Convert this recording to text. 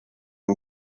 iyo